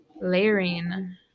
Layering